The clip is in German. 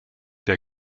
der